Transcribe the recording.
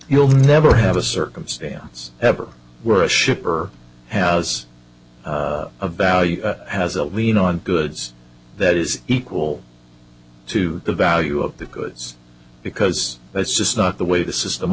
you'll never have a circumstance ever were a shipper has a value has a lien on goods that is equal to the value of the goods because that's just not the way the system